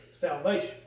salvation